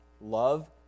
love